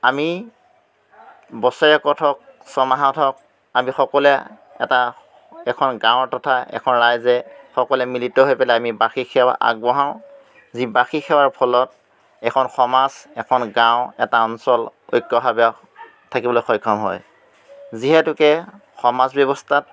আমি বছৰেকত হওক ছমাহত হওক আমি সকলোৱে এটা এখন গাঁৱৰ তথা এখন ৰাইজে সকলোৱে মিলিত হৈ পেলাই আমি বাৰ্ষিক সেৱা আগবঢ়াওঁ যি বাৰ্ষিক সেৱাৰ ফলত এখন সমাজ এখন গাঁও এটা অঞ্চল ঐক্যভাৱে থাকিবলৈ সক্ষম হয় যিহেতুকে সমাজ ব্যৱস্থাত